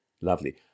lovely